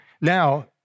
now